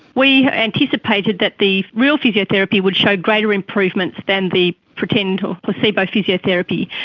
we anticipated that the real physiotherapy would show greater improvements than the pretend or placebo physiotherapy,